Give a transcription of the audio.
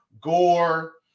Gore